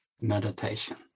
meditation